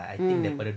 um